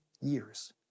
years